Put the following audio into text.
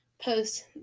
post